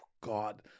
God